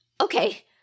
Okay